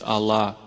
Allah